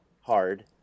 hard